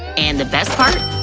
and the best part?